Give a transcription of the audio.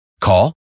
Call